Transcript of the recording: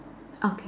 okay